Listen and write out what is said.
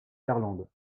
garland